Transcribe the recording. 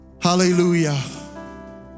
Hallelujah